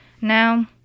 now